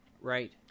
Right